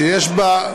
שיש בה,